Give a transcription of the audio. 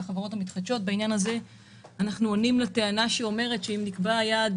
בעניין הזה אנחנו עונים לטענה שאומרת שאם נקבע יעד